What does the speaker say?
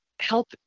help